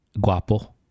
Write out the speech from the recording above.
guapo